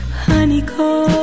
honeycomb